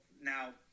Now